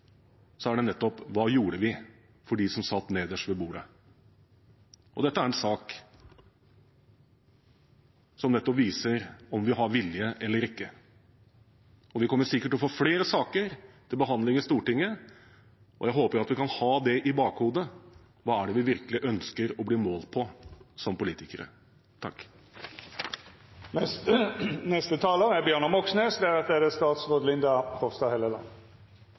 så er det på det vi gjorde for dem som satt nederst ved bordet. Dette er en sak som nettopp viser om vi har vilje eller ikke. Vi kommer sikkert til å få flere slike saker til behandling i Stortinget, og jeg håper at vi kan ha dette i bakhodet: Hva er det vi virkelig ønsker å bli målt på som politikere?